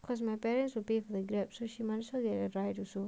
cause my parents will pay for the grab so she make sure you arrive also